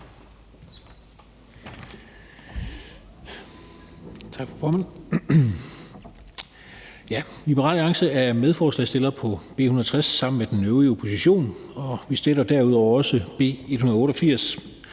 Tak, formand. Liberal Alliance er medforslagsstillere på B 160 sammen med den øvrige opposition, og vi fremsætter derudover også B 188,